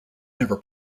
never